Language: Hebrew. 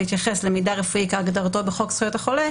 להתייחס ל"מידע רפואי כהגדרתו בחוק זכויות החולה,